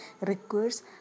requires